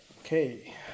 Okay